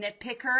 nitpicker